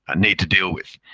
ah need to deal with.